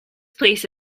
place